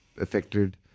affected